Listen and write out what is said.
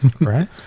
Right